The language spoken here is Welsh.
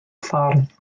ffordd